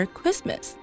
Christmas